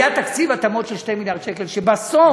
היה תקציב התאמות של 2 מיליארד שקל, ובסוף